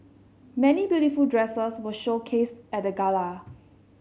many beautiful dresses were showcased at the gala